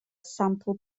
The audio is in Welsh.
sampl